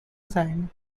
sang